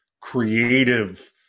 creative